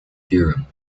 theorem